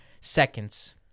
seconds